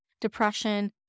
depression